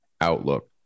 outlook